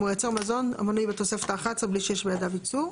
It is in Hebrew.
אם הוא מייצר מזון המנוי בתוספת האחת עשרה בלי שיש בידיו ייצור.